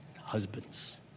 husband's